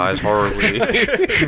horribly